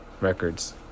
records